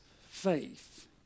faith